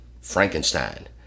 Frankenstein